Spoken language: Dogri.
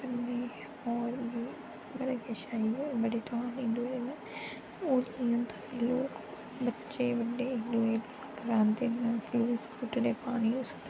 कन्नै होर बी बड़ा किश आइया बड़े ध्यार हिंदुएं दे होली च लोक बच्चे बड्डे इक दूऐ गी रंग लांदे फिर फलूस सुट्टदे पानी उसदे उप्पर